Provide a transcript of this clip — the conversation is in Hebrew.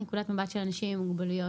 נקודת מבט של אנשים עם מוגבלויות,